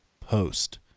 post